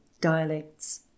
dialects